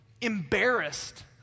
embarrassed